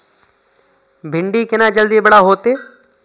भिंडी केना जल्दी बड़ा होते?